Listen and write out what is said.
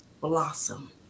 blossom